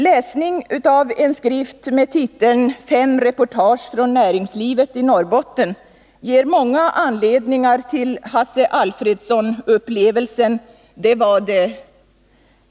Läsning av en skrift med titeln Fem reportage från näringslivet i Norrbotten ger många anledningar att tänka på Hasse Alfredson-upplevelsen bakom orden: ”Det var det -—--!